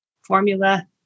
formula